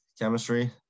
chemistry